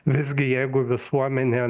visgi jeigu visuomenė